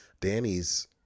Danny's